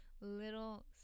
little